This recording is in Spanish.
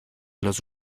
los